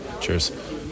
Cheers